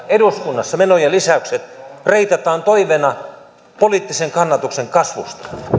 eduskunnassa menojen lisäykset reitataan toiveena poliittisen kannatuksen kasvu